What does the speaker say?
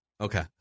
Okay